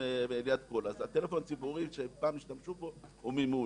אז הטלפון הציבורי שפעם השתמשו בו הוא ממול.